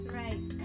right